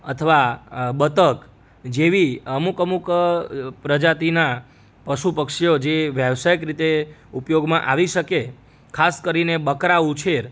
અથવા બતક જેવી અમુક અમુક પ્રજાતિના પશુ પક્ષીઓ જે વ્યવસાયીક રીતે ઉપયોગમાં આવી શકે ખાસ કરીને બકરા ઉછેર